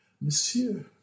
monsieur